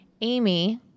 Amy